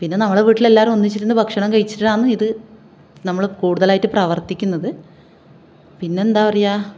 പിന്നെ നമ്മളെ വീട്ടിൽ എല്ലാവരും ഒന്നിച്ചിരുന്ന് ഭക്ഷണം കഴിച്ചിട്ടാണ് ഇത് നമ്മൾ കൂടുതലായിട്ട് പ്രവർത്തിക്കുന്നത് പിന്നെ എന്താണ് പറയുക